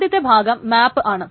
ആദ്യത്തെ ഭാഗം മാപ്പ് ആണ്